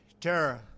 terror